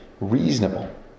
reasonable